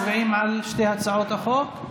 תודה רבה לשר החקלאות.